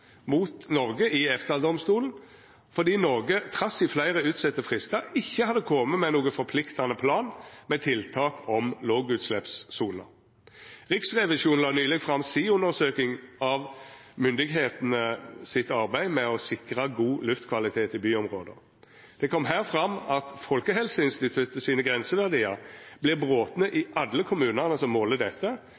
mot Noreg i EFTA-domstolen, fordi Noreg, trass i fleire utsette fristar, ikkje hadde kome med nokon forpliktande plan med tiltak om lågutsleppssoner. Riksrevisjonen la nyleg fram si undersøking av myndigheitene sitt arbeid med å sikra god luftkvalitet i byområda. Det kom her fram at Folkehelseinstituttet sine grenseverdiar vert brotne i alle kommunane som målar dette,